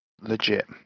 legit